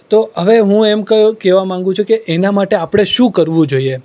તો હવે હું એમ કહું કહેવા માંગું છું કે એના માટે આપણે શું કરવું જોઈએ